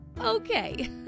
Okay